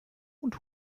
und